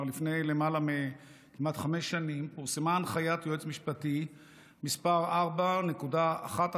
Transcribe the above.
לפני כמעט חמש שנים פורסמה הנחיית היועץ המשפטי מס' 4.1112,